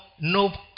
no